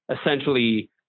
essentially